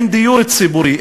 אין דיור ציבורי?